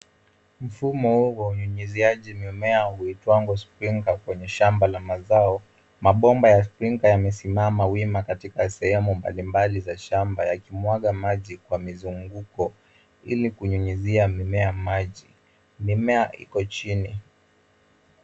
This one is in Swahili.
Mfumo huu wa unyunyizaji mimea huitwao sprinkler kwenye shamba la mazao. Mabomba ya sprinkler yamesimama wima katika sehemu mbalimbali za shamba yakimwaga maji kwa mizunguko ili kunyunyizia mimea maji. Mimea iko chini.